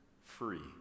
free